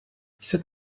sut